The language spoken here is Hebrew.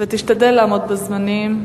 ותשתדל לעמוד בזמנים.